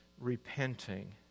repenting